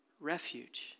refuge